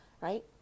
right